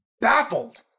baffled